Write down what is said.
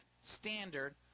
standard